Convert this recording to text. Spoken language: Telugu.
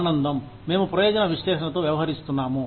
ఆనందం మేము ప్రయోజన విశ్లేషణతో వ్యవహరిస్తున్నాము